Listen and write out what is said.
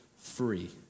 free